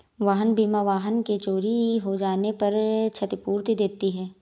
वाहन बीमा वाहन के चोरी हो जाने पर क्षतिपूर्ति देती है